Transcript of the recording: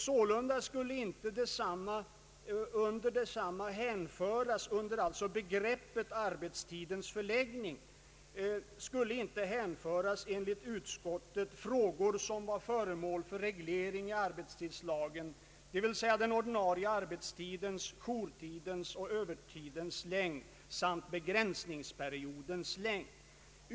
Sålunda skulle enligt utskottet under begreppet ”arbetstidens förläggning” inte hänföras frågor som var föremål för reglering i arbetstidslagen, dvs. den ordinarie arbetstidens, jourtidens och övertidens längd samt begränsningsperiodens längd.